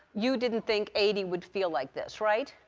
you didn't think eighty would feel like this, right?